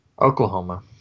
Oklahoma